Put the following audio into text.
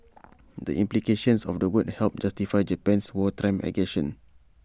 the implications of the word helped justify Japan's wartime aggression